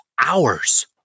hours